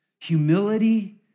Humility